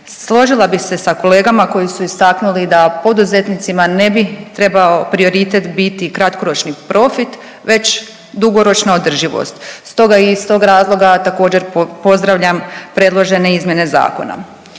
Složila bih se sa kolegama koji su istaknuli da poduzetnicima ne bi trebao prioritet biti kratkoročni profit već dugoročna održivost stoga iz tog razloga također pozdravljam predložene izmjene zakona.